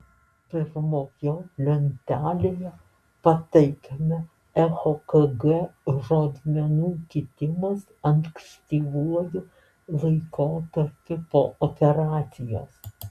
pirmoje lentelėje pateikiamas echokg rodmenų kitimas ankstyvuoju laikotarpiu po operacijos